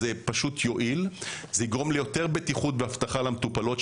זה יהיה יעיל וזה יגרום ליותר בטיחות וביטחון למטופלות,